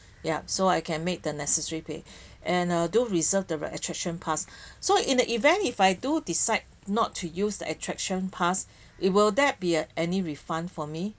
yup so I can make the necessary pay and uh do reserve the attraction pass so in the event if I do decide not to use the attraction pass it will that be any refund for me